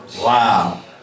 Wow